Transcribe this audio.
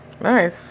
nice